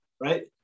right